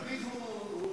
תמיד הוא,